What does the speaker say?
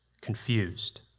confused